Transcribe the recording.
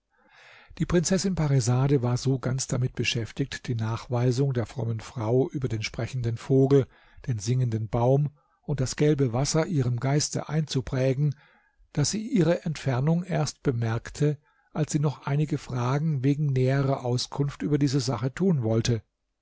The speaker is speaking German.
die prinzessin parisade war so ganz damit beschäftigt die nachweisung der frommen frau über den sprechenden vogel den singenden baum und das gelbe wasser ihrem geiste einzuprägen daß sie ihre entfernung erst bemerkte als sie noch einige fragen wegen näherer auskunft über diese sache tun wollte